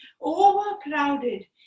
overcrowded